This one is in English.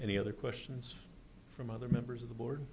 any other questions from other members of the board